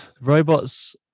Robots